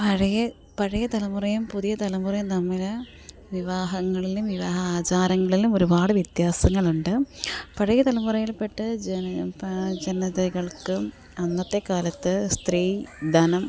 പഴയ പഴയ തലമുറയും പുതിയ തലമുറയും തമ്മിൽ വിവാഹങ്ങളിൽ വിവാഹാചാരങ്ങളിലും ഒരുപാട് വ്യത്യാസങ്ങളുണ്ട് പഴയ തലമുറയിൽ പെട്ട് ജനതകൾക്ക് അന്നത്തെ കാലത്ത് സ്ത്രീ ധനം